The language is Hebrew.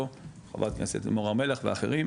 עם חברת הכנסת לימור סון הר מלך ואחרים,